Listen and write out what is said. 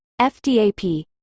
FDAP